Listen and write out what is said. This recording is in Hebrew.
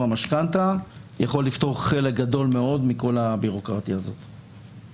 המשכנתה יכול לפתור חלק גדול מאוד מכל הביורוקרטיה הזאת